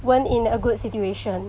when in a good situation